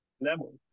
level